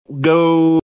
go